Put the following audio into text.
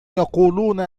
يقولون